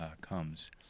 comes